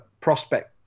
prospect